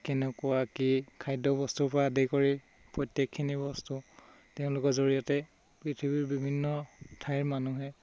কেনেকুৱা কি খাদ্যবস্তুৰ পৰা আদি কৰি প্ৰত্যেকখিনি বস্তু তেওঁলোকৰ জৰিয়তে পৃথিৱীৰ বিভিন্ন ঠাইৰ মানুহে